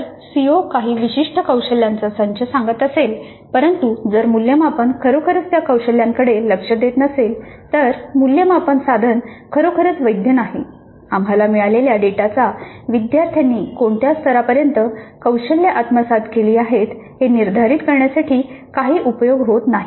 जर सीओ काही विशिष्ट कौशल्यांचा संच सांगत असेल परंतु जर मूल्यमापन खरोखरच त्या कौशल्यांकडे लक्ष देत नसेल तर मूल्यमापन साधन खरोखरच वैध नाही आम्हाला मिळालेल्या डेटाचा विद्यार्थ्यांनी कोणत्या स्तरापर्यंत कौशल्य आत्मसात केली आहेत हे निर्धारित करण्यासाठी काही उपयोग होत नाही